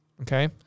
Okay